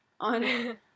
on